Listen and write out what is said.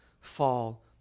fall